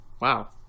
Wow